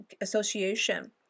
association